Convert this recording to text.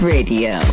Radio